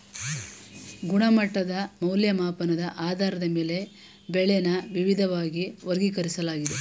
ಗುಣಮಟ್ಟದ್ ಮೌಲ್ಯಮಾಪನದ್ ಆಧಾರದ ಮೇಲೆ ಬೆಳೆನ ವಿವಿದ್ವಾಗಿ ವರ್ಗೀಕರಿಸ್ಲಾಗಿದೆ